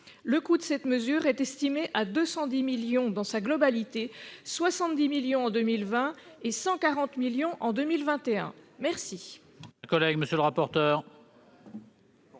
Le coût de cette mesure est estimé à 210 millions d'euros dans sa globalité : 70 millions en 2020 et 140 millions en 2021. Quel